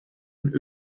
und